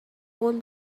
قول